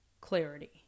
clarity